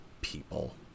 people